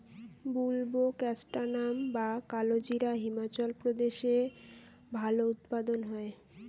বুলবোকাস্ট্যানাম বা কালোজিরা হিমাচল প্রদেশে ভালো উৎপাদন হয়